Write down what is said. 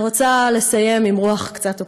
אני רוצה לסיים עם רוח קצת אופטימית.